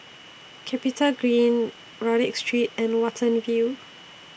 Capitagreen Rodyk Street and Watten View